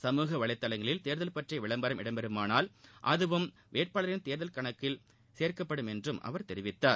சமூக வலைதளங்களில் தேர்தல் பற்றிய விளம்பரம் இடம்பெறுமானால் அதுவும் வேட்பாளரின் தேர்தல் செலவு கணக்கில் சேர்க்கப்படும் என்றும் அவர் தெரிவித்தார்